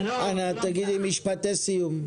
זה לא --- תגידי משפטי סיום.